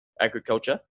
agriculture